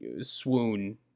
swoon